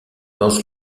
lance